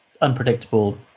unpredictable